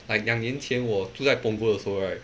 like 两年前我住在 punggol 的时候 right